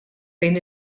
bejn